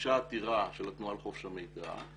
הוגשה עתירה של התנועה לחופש המידע,